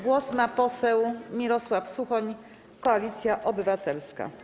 Głos ma poseł Mirosław Suchoń, Koalicja Obywatelska.